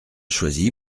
choisi